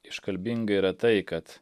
iškalbinga yra tai kad